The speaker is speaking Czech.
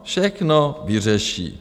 Všechno vyřeší.